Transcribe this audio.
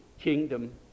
kingdom